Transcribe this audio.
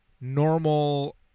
normal